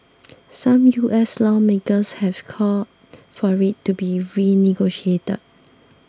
some U S lawmakers have called for it to be renegotiated